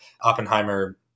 Oppenheimer